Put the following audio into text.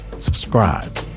Subscribe